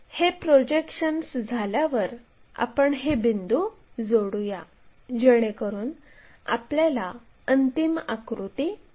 हे प्रोजेक्शन्स झाल्यावर आपण हे बिंदू जोडूया जेणेकरून आपल्याला अंतिम आकृती मिळेल